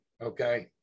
okay